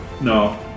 No